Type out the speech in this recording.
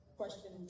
question